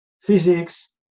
physics